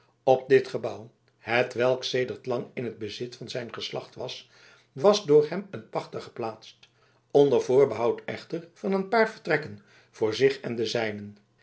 op dit gebouw hetwelk sedert lang in het bezit van zijn geslacht was was door hem een pachter geplaatst onder voorbehoud echter van een paar vertrekken voor zich en de zijnen